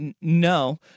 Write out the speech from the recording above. No